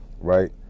right